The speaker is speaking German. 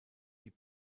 die